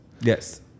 Yes